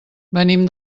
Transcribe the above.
venim